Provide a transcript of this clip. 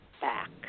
back